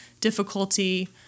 difficulty